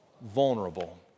vulnerable